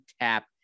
tap